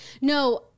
No